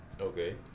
okay